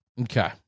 Okay